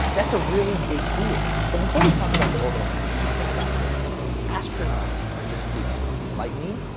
that's a really big deal. but before we talk about the orbital mechanics think about this. astronauts are just people, like me,